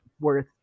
worth